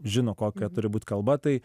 žino kokia turi būt kalba tai